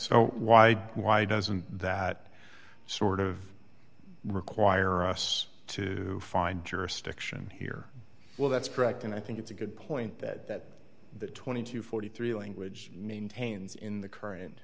that's why why doesn't that sort of require us to find jurisdiction here well that's correct and i think it's a good point that the twenty to forty three language maintains in the current